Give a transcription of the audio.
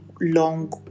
long